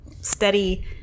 steady